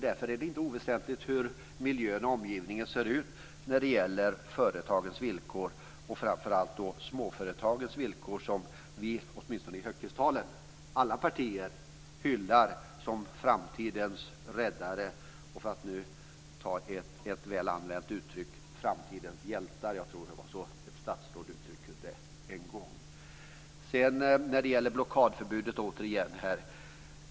Därför är det inte oväsentligt hur miljön och omgivningen ser ut när det gäller småföretagens villkor, som åtminstone i högtidstal alla partier hyllar som framtidens räddare - jag tror att ett statsråd en gång sade framtidens hjältar. Sedan var det frågan om blockadförbudet.